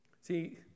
See